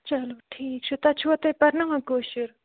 چلو ٹھیٖک چھُ تتہ چھوَ تۄہہِ پرناوان کٲشُر